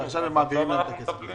ועכשיו הם מעבירים להם את הכסף.